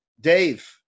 Dave